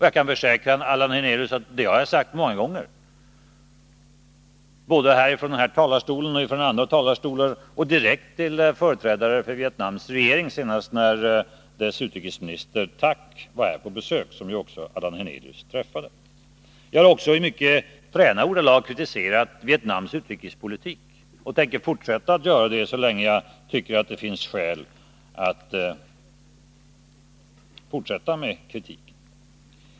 Jag kan försäkra Allan Hernelius att detta har jag sagt många gånger, från både denna och andra talarstolar och direkt till företrädare för Vietnams regering. Senast gjorde jag det när vi hade besök av dess utrikesminister Thach, som ju också Allan Hernelius träffade. Jag har i mycket fräna ordalag kritiserat Vietnams utrikespolitik, och jag tänker fortsätta att gör det så länge jag tycker att det finns skäl till det.